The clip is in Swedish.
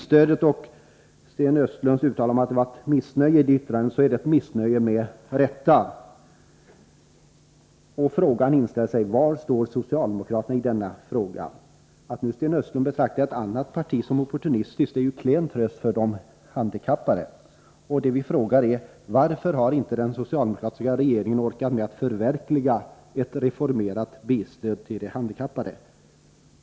Sten Östlund uttalar att det ligger missnöje bakom yttrandet om bilstöd. Var står socialdemokraterna i denna fråga? Att Sten Östlund nu betraktar ett annat parti som opportunistiskt är en klen tröst för de handikappade. Det vi undrar är: Varför har inte den socialdemokratiska regeringen orkat med att förverkliga ett reformerat bilstöd till de handikappade?